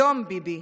היום, ביבי,